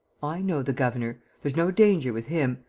i know the governor! there's no danger with him.